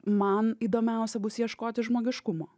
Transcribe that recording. man įdomiausia bus ieškoti žmogiškumo